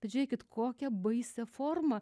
bet žiūrėkit kokią baisią formą